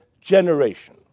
generation